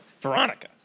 Veronica